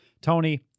Tony